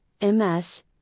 MS